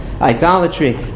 idolatry